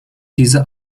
diese